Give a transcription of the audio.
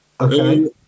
Okay